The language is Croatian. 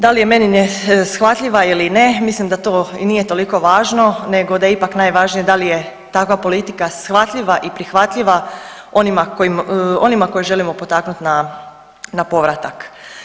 Da li je meni neshvatljiva ili ne mislim da to i nije toliko važno nego da je ipak najvažnije da li je takva politika shvatljiva i prihvatljiva onima koji, onima koje želimo potaknuti na povratak.